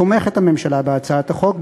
הממשלה תומכת בהצעת החוק,